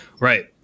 Right